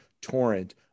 torrent